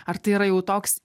ar tai yra jau toks